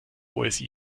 osi